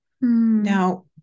now